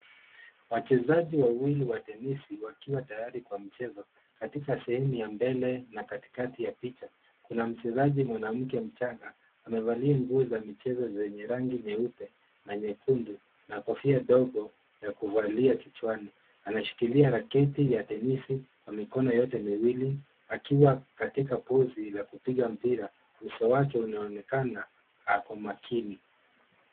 Wachezaji wawili wa tenisi wakiwa tayari kwa mchezo, katika sehemu ya mbele na katikati ya picha kuna mchezaji mwanamke mchanga amevalia nguo za michezo zenye rangi nyeupe na nyekundu na kofia dogo ya kuvalia kichwani. Anashikilia raketi ya tenisi kwa mikono yote miwili akiwa katika pozi la kupiga mpira. Uso wake unaonekana ako makini.